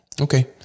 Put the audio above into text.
okay